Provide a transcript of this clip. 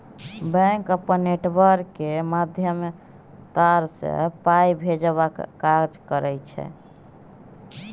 bank अपन network केर माध्यमे तार सँ पाइ भेजबाक काज करय छै